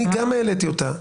גם אני העליתי אותה,